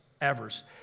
Evers